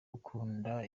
gukunda